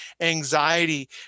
anxiety